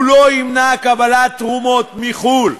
הוא לא ימנע קבלת תרומות מחו"ל,